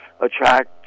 attract